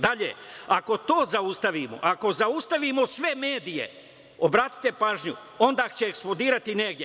Dalje: „Ako to zaustavimo, ako zaustavimo sve medije“, obratite pažnju: „Onda će eksplodirati negde“